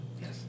Yes